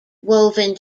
woven